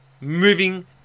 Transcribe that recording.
moving